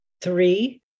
Three